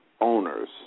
owners